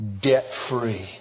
debt-free